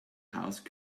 house